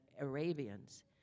Arabians